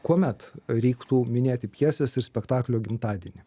kuomet reiktų minėti pjesės ir spektaklio gimtadienį